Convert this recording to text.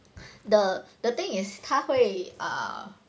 the the thing is 他会 um